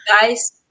Guys